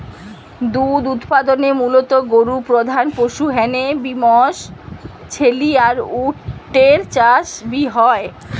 দুধ উতপাদনে মুলত গরু প্রধান পশু হ্যানে বি মশ, ছেলি আর উট এর চাষ বি হয়